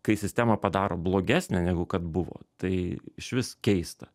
kai sistemą padaro blogesnę negu kad buvo tai išvis keista